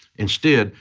instead,